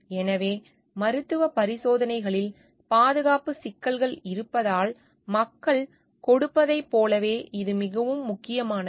எனவே மருத்துவ பரிசோதனைகளில் பாதுகாப்பு சிக்கல்கள் இருப்பதால் மக்கள் கொடுப்பதைப் போலவே இது மிகவும் முக்கியமானது